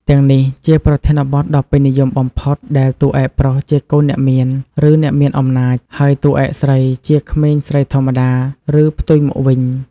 ទាំងនេះជាប្រធានបទដ៏ពេញនិយមបំផុត ដែលតួឯកប្រុសជាកូនអ្នកមាន ឬអ្នកមានអំណាច ហើយតួឯកស្រីជាក្មេងស្រីធម្មតា ឬផ្ទុយមកវិញ។